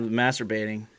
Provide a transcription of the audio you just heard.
masturbating